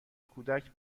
کودک